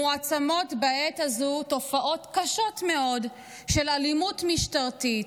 מועצמות בעת הזו תופעות קשות מאוד של אלימות משטרתית,